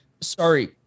Sorry